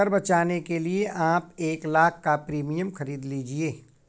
कर बचाने के लिए आप एक लाख़ का प्रीमियम खरीद लीजिए